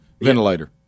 ventilator